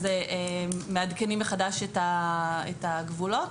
ומעדכנים מחדש את הגבולות.